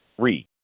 three